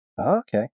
Okay